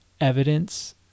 evidence